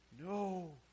No